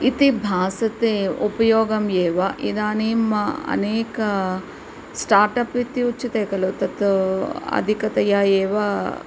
इति भासते उपयोगम् एव इदानीम् अनेक स्टार्टप् इत्युच्यते खलु तत् अधिकतया एव